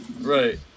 Right